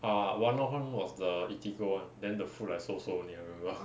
ah one north [one] was the Eatigo [one] then the food like so so only I remember